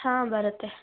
ಹಾಂ ಬರುತ್ತೆ